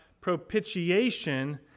propitiation